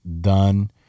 done